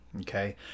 okay